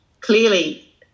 clearly